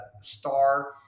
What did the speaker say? star